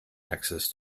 access